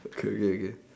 okay okay